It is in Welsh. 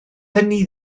hynny